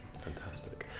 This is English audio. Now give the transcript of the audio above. fantastic